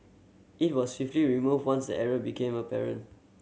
it was swiftly removed once error became apparent